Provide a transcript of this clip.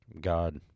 God